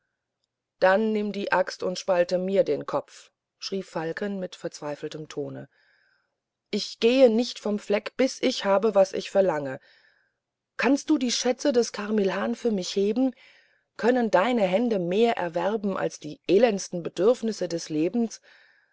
dann nimm die axt und spalte mir den kopf schrie falke mit verzweifeltem tone ich gehe nicht von diesem fleck bis ich habe was ich verlange kannst du die schätze des carmilhan für mich heben können deine hände mehr erwerben als die elendesten bedürfnisse des lebens